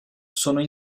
sono